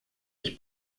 ich